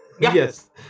yes